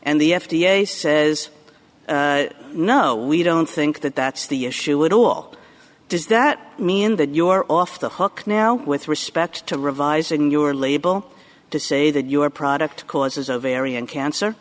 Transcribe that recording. and the f d a says no we don't think that that's the issue at all does that mean that you are off the hook now with respect to revising your label to say that your product causes a variant cancer